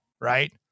right